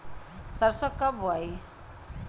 सरसो कब बोआई?